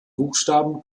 buchstaben